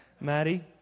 Maddie